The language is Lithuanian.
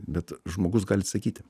bet žmogus gali sakyti